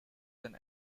than